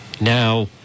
now